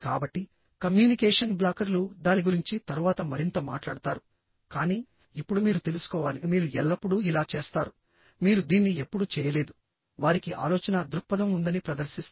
కాబట్టి కమ్యూనికేషన్ బ్లాకర్లు దాని గురించి తరువాత మరింత మాట్లాడతారు కానీ ఇప్పుడు మీరు తెలుసుకోవాలిః మీరు ఎల్లప్పుడూ ఇలా చేస్తారు మీరు దీన్ని ఎప్పుడూ చేయలేదు వారికి ఆలోచనా దృక్పథం ఉందని ప్రదర్శిస్తారు